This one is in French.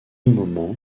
moment